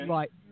Right